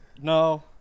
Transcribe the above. No